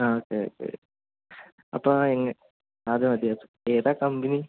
ആ okay okay അപ്പോൾ ആ യങ്ങ് അതു മതി അത് ഏതാ കമ്പിനി